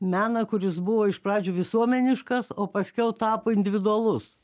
meną kuris buvo iš pradžių visuomeniškas o paskiau tapo individualus